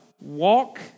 walk